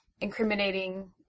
incriminating